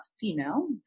female